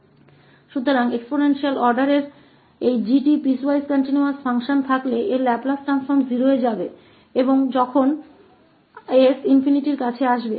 तो इस 𝑔𝑡 को एक्सपोनेंशियल आर्डर के पीसवाइज निरंतर फंक्शन होने के कारण इसका लाप्लास परिवर्तन 0 पर जाएगा क्योंकि s ∞ के करीब पहुंचता है